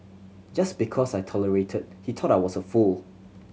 just because I tolerated he thought I was a fool